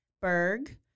Berg